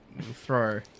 Throw